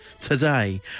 today